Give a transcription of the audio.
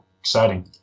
Exciting